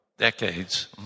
Decades